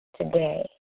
today